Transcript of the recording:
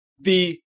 the-